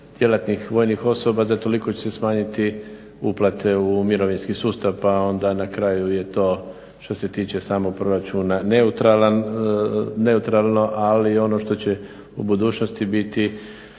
djelatnih vojnih osoba za toliko će se smanjiti uplate u mirovinski sustav, pa onda na kraju je to što se tiče samog proračuna neutralno. Ali ono što će u budućnosti biti,